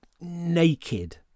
naked